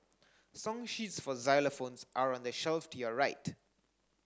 song sheets for xylophones are on the shelf to your right